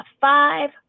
Five